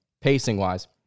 pacing-wise